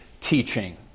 teaching